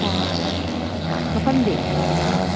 ꯍꯣꯏ ꯍꯣꯏ ꯃꯐꯝꯗꯤ